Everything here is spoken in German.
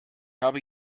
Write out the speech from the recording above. habe